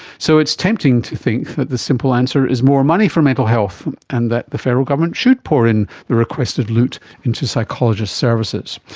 so it's tempting to think that's the simple answer is more money for mental health, and that the federal government should pour in the requested loot into psychologist services.